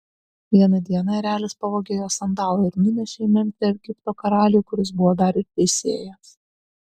vieną dieną erelis pavogė jos sandalą ir nunešė į memfį egipto karaliui kuris buvo dar ir teisėjas